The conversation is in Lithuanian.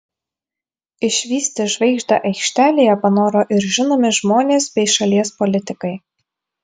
išvysti žvaigždę aikštelėje panoro ir žinomi žmonės bei šalies politikai